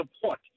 support